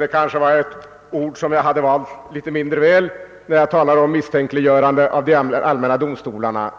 Herr talman! Jag kanske valde orden mindre väl när jag talade om misstänkliggörande av de allmänna domstolarna.